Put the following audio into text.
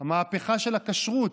המהפכה של הכשרות,